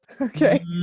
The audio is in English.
Okay